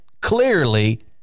clearly